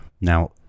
Now